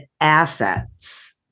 assets